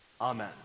Amen